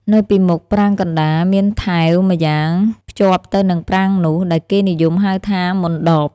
នៅពីមុខប្រាង្គកណ្តាលមានថែវម្យ៉ាងភ្ជាប់ទៅនឹងប្រាង្គនោះ ដែលគេនិយមហៅថា «មណ្ឌប»។